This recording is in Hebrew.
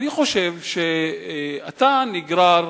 אני חושב שאתה נגרר